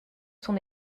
son